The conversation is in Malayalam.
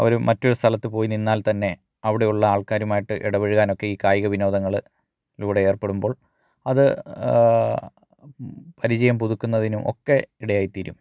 ഒരു മറ്റൊരു സ്ഥലത്ത് പോയി നിന്നാൽ തന്നെ അവിടെയുള്ള ആൾക്കാരുമായിട്ട് ഇടപഴകാനൊക്കെ ഈ കായിക വിനോദങ്ങള് ലൂടെ ഏർപ്പെടുമ്പോൾ അത് പരിചയം പുതുക്കുന്നതിനും ഒക്കെ ഇടയായിത്തീരും